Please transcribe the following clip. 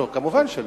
לא, מובן שלא.